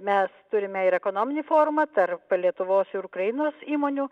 mes turime ir ekonominį forumą tarp lietuvos ir ukrainos įmonių